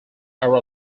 are